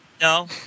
No